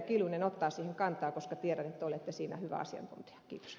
kiljunen ottaa siihen kantaa koska tiedän että olette siinä hyvä asiantuntija